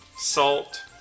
Salt